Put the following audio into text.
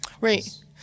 Right